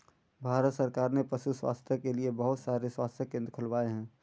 भारत सरकार ने पशु स्वास्थ्य के लिए बहुत सारे स्वास्थ्य केंद्र खुलवाए हैं